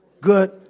good